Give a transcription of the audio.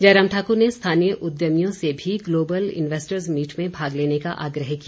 जयराम ठाकुर ने स्थानीय उद्यमियों से भी ग्लोबल इन्वेस्टर्ज़ मीट में भाग लेने का आग्रह किया